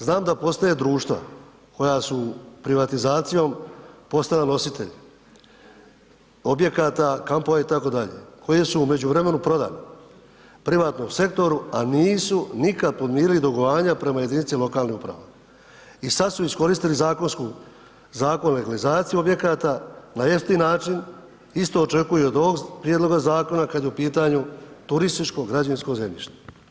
Znam da postoje društva koja su privatizacijom postala nositelj objekata, kampova itd. koji su u međuvremenu prodani privatnom sektoru, a nisu nikada podmirili dugovanja prema jedinici lokalnih uprava i sada su iskoristili zakon o legalizaciji objekata, na jeftin način isto očekuju i od ovog prijedloga zakona kada je u pitanju turističko građevinsko zemljište.